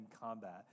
combat